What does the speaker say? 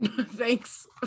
Thanks